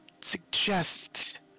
suggest